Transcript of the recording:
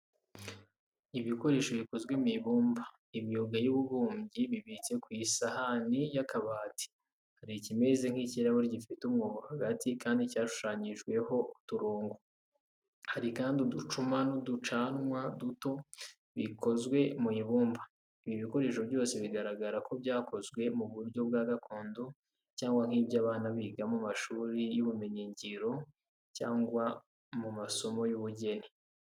Ibikoresho bikozwe mu ibumba. Imyuga y'ububumbyi bibitse ku isahani y’akabati. Hari ikimeze nk’ikirahuri gifite umwobo hagati kandi cyashushanyijweho uturongo. Hari kandi uducuma n’uducanwa duto bikozwe mu ibumba. Ibi bikoresho byose bigaragara ko byakozwe mu buryo bwa gakondo cyangwa nk’ibyo abana biga mu ishuri ry’ubumenyingiro cyangwa mu masomo y’ubugeni.